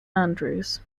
andrews